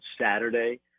Saturday